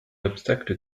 obstacle